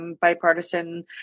bipartisan